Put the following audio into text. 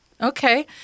Okay